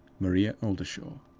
maria oldershaw.